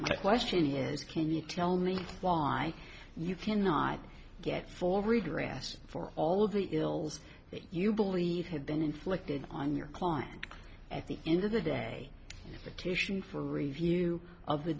my question is can you tell me why you cannot get full redress for all of the ills that you believe have been inflicted on your client at the end of the day titian for review of the